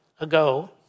ago